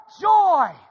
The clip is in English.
joy